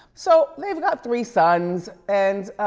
so, they've got three sons, and,